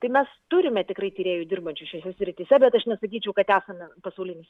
tai mes turime tikrai tyrėjų dirbančių šiose srityse bet aš nesakyčiau kad esame pasaulinis